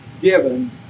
given